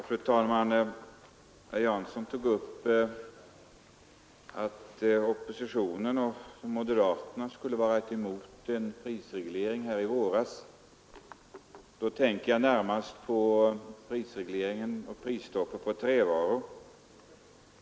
Fru talman! Herr Jansson menade att moderaterna skulle varit emot en prisreglering i våras. Jag uppfattar honom så att han närmast avsåg prisstoppet på trävaror.